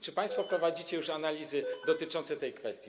Czy państwo prowadzicie analizy dotyczące tej kwestii?